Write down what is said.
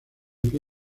pie